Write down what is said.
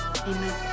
Amen